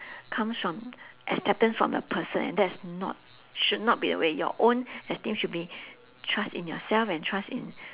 comes from acceptance from a person and that's not should not be the way your own esteem should be trust in yourself and trust in